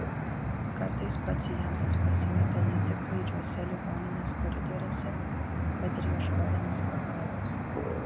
kartais pacientas pasimeta ne tik klaidžiuose ligoninės koridoriuose bet ir ieškodamas pagalbos